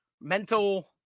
mental